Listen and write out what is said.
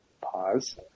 Pause